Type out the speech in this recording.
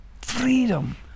freedom